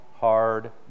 hard